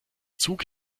zug